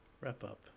wrap-up